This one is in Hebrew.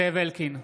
זאב אלקין,